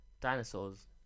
dinosaurs